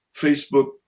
Facebook